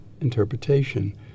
interpretation